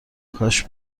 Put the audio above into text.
کاش